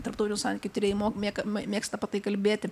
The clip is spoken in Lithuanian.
tarptautinių santykių tyrėjai mo mė mėgsta apie tai kalbėti